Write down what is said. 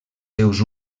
seus